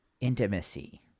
intimacy